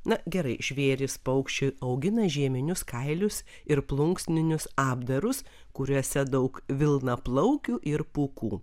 na gerai žvėrys paukščiai augina žieminius kailius ir plunksninius apdarus kuriuose daug vilnaplaukių ir pūkų